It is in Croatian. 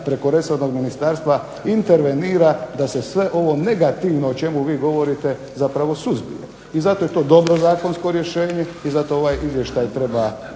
preko resornog ministarstva intervenira da se sve ovo negativno o čemu vi govorite zapravo suzbije. I zato je to dobro zakonsko rješenje i zato ovaj izvještaj treba